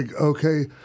okay